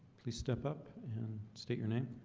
please step up state your name